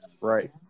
Right